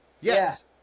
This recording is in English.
Yes